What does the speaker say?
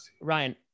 Ryan